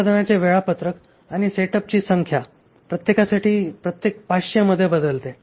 उत्पादनाचे वेळापत्रक आणि सेटअपची संख्या प्रत्येकासाठी प्रत्येक 500 मध्ये बदलते